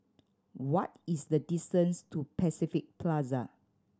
what is the distance to Pacific Plaza